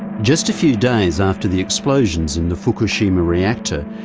just a few days after the explosions in the fukushima reactor,